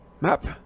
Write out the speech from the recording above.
Map